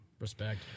Respect